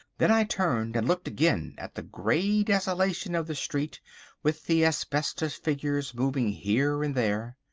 then i turned and looked again at the grey desolation of the street with the asbestos figures moving here and there.